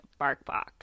BarkBox